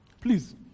please